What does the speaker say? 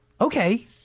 Okay